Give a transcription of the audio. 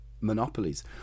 monopolies